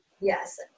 yes